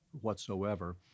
whatsoever